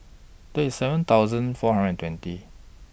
thirty seven thousand four hundred twenty